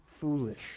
foolish